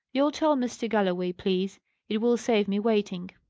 you'll tell mr. galloway, please it will save me waiting.